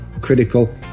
critical